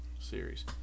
series